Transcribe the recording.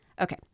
Okay